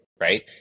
Right